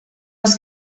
les